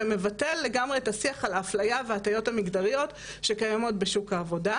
ומבטל לגמרי את השיח על האפליה וההטיות המגדריות שקיימות בשוק העבודה,